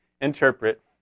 interpret